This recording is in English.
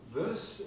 verse